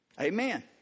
Amen